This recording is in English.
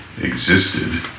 existed